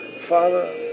Father